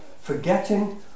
forgetting